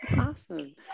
awesome